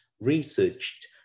researched